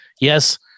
Yes